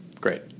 Great